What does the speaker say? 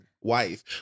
wife